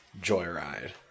joyride